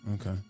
okay